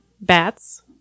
bats